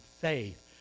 faith